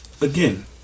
again